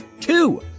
two